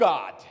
God